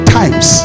times